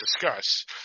discuss